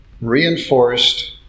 reinforced